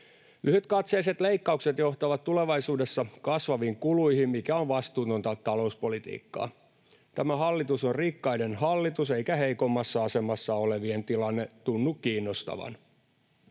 Lyhytkatseiset leikkaukset johtavat tulevaisuudessa kasvaviin kuluihin, mikä on vastuutonta talouspolitiikkaa. Tämä hallitus on rikkaiden hallitus, eikä heikoimmassa asemassa olevien tilanne tunnu kiinnostavan.